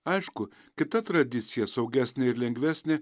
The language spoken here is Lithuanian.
aišku kita tradicija saugesnė ir lengvesnė